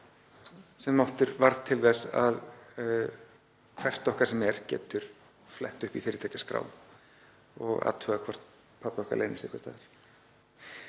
sem varð til þess að hvert okkar sem er getur flett upp í fyrirtækjaskrá og athugað hvort pabbi okkar leynist einhvers staðar